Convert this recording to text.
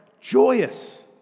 joyous